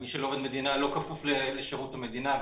מי שלא עובד מדינה לא כפוף לשירות המדינה.